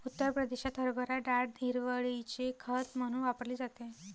उत्तर प्रदेशात हरभरा डाळ हिरवळीचे खत म्हणून वापरली जाते